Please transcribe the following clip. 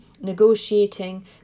negotiating